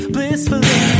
Blissfully